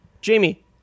Jamie